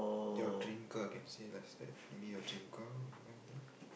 your dream car can say less that be your dream car